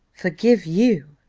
forgive you!